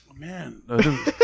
Man